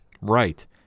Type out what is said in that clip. Right